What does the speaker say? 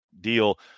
deal